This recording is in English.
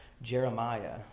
Jeremiah